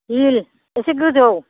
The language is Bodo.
हिल एसे गोजौ